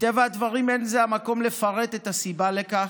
מטבע הדברים, אין זה המקום לפרט את הסיבה לכך,